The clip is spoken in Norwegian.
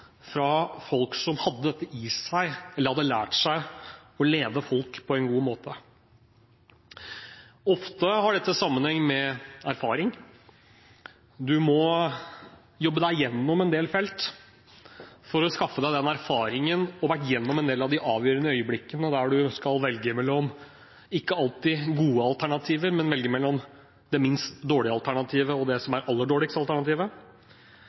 fra folk som hadde dette i seg, eller som hadde lært seg å lede folk på en god måte. Ofte har dette sammenheng med erfaring. Man må jobbe seg gjennom en del felt for å skaffe seg den erfaringen. Man må ha vært gjennom en del av de avgjørende øyeblikkene hvor man skal velge, ikke alltid mellom gode alternativer, men mellom det minst dårlige alternativet og det dårligste alternativet.